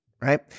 right